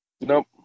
Nope